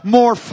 more